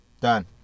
Done